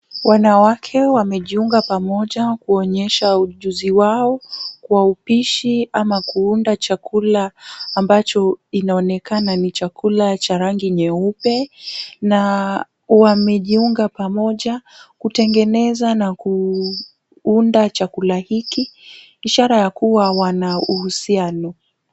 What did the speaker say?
Wanawake wamejiuga pamoja kuonyesha ujuzi wao kwa upishi ama kuunda chakula, ambacho inaonekana ni chakula cha rangi nyeupe na wamejiunga pamoja kutengeneza na kuunda chakula hiki, ishara ya kuwa wana uhusiano.